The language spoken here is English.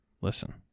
Listen